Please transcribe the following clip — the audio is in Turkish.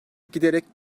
giderek